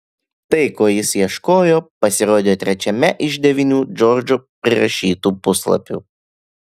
tai ko jis ieškojo pasirodė trečiame iš devynių džordžo prirašytų puslapių